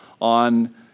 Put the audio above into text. on